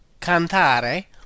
cantare